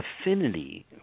affinity